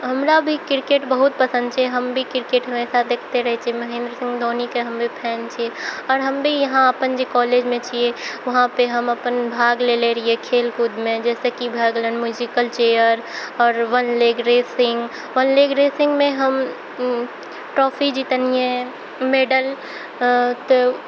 हमरा भी किरकेट बहुत पसन्द छै हम भी किरकेट हमेशा देखते रहै छिए महेन्द्र सिंह धोनीके हम भी फैन छिए आओर हम भी यहाँ अपन जे कॉलेजमे छिए वहाँपर हम अपन भाग लेने रहिए खेलकूदमे जइसे कि भऽ गेलै म्यूजिकल चेयर आओर one leg racing one leg रेसिङ्गमे हम ट्रॉफी जितलिए मेडल तऽ